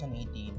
2018